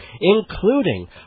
including